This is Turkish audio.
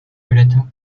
üretim